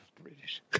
British